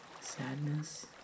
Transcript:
sadness